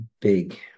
big